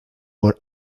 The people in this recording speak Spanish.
por